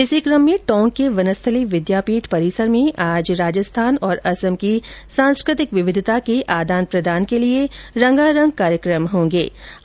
इसी कम में टोंक के वनस्थली विद्यापीठ परिसर में आज राजस्थान और असम की सांस्कृतिक विविधता के आदान प्रदान के लिए रंगारंग कार्यक्रम आयोजित किए जायेंगे